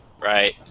right